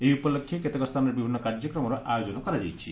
ଏହି ଉପଲକ୍ଷେ କେତେକ ସ୍ଥାନରେ ବିଭିନ୍ନ କାର୍ଯ୍ୟକ୍ରମର ଆୟୋକ୍କନ କରାଯାଇଛି